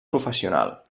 professional